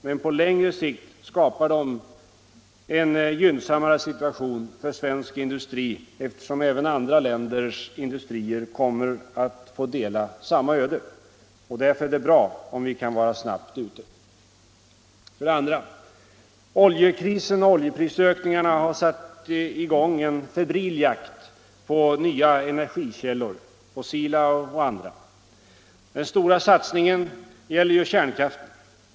Men på längre sikt skapar de en gynnsammare situation för svensk industri eftersom andra länders industrier kommer att få dela samma öde. Därför är det bra om vi kan vara snabbt ute. För det andra: Oljekrisen och oljeprisökningarna har satt i gång en febril jakt på nya energikällor, fossila och andra. Den stora satsningen gäller ju kärnkraften.